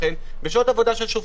בשעות העבודה של שופטים,